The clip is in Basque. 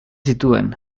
zituen